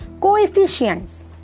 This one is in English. coefficients